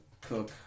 cook